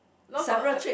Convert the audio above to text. lots of uh